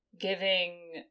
giving